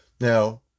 Now